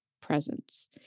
presence